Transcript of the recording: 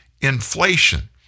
inflation